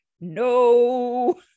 no